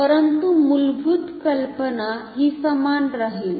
परंतु मूलभूत कल्पना हि समान राहील